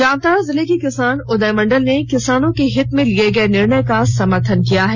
जामताड़ा जिले के किसान उदय मंडल ने किसानों के हित में लिए गए निर्णय का समर्थन किया है